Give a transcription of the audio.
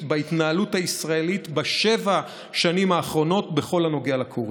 בהתנהלות הישראלית בשבע שנים האחרונות בכל הנוגע לכורדים.